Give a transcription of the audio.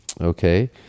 okay